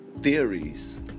theories